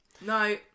No